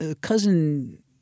cousin